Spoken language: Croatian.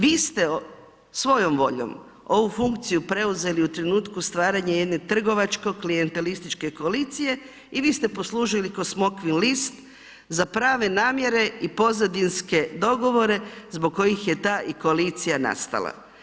Vi ste svojom voljom ovu funkciju preuzeli u trenutku stvaranja jedne trgovačko klijentelističke koalicije i vi ste poslužili ko smokvin list za prave namjere i pozadinske dogovore zbog kojih je ta i koalicija nastala.